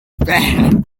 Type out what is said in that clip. band